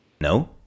No